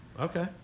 Okay